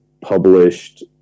published